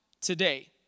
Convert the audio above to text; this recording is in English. today